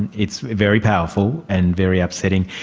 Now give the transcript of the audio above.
and it's very powerful and very upsetting.